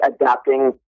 adapting